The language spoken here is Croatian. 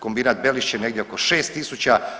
Kombinat Belišće negdje oko 6000.